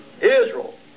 Israel